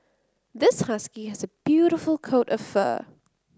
this husky has a beautiful coat of fur